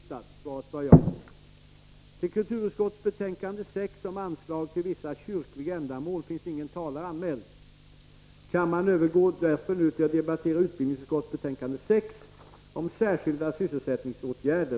Till kulturutskottets betänkande 6 om anslag till vissa kyrkliga ändamål finns ingen talare anmäld. Kammaren övergår därför nu till att debattera utbildningsutskottets betänkande 6 om särskilda sysselsättningsåtgärder.